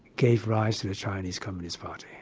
gave rise to the chinese communist party.